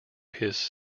his